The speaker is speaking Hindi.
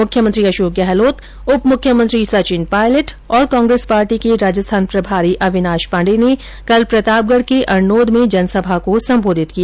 मुख्यमंत्री अशोक गहलोत उप मुख्यमंत्री सचिन पायलट और कांग्रेस पार्टी के राजस्थान प्रभारी अविनाश पाण्डे ने कल प्रतापगढ के अरनोद में जनसभा को संबोधित किया